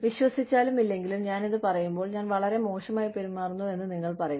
വിശ്വസിച്ചാലും ഇല്ലെങ്കിലും ഞാൻ ഇത് പറയുമ്പോൾ ഞാൻ വളരെ മോശമായി പെരുമാറുന്നുവെന്ന് നിങ്ങൾ പറയും